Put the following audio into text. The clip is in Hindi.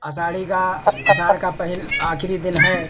आषाढ़ी का आषाढ़ का पहला आखिरी दिन है